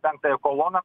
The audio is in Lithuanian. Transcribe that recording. penktąją koloną